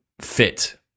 fit